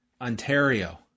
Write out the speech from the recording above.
Ontario